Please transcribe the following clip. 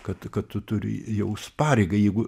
kad kad tu turi jaus pareigą jeigu